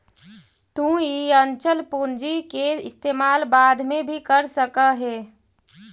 तु इ अचल पूंजी के इस्तेमाल बाद में भी कर सकऽ हे